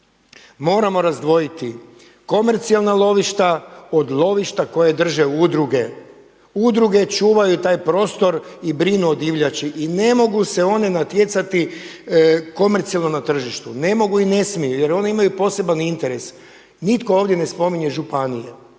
Moramo razdvojiti komercijalna lovišta od lovišta koje drže udruge. Udruge čuvaju taj prostor i brinu o divljači i ne mogu se one natjecati komercijalno na tržištu, ne mogu i ne smiju jer one imaju poseban interes. Nitko ovdje ne spominje županije